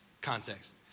context